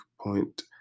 Point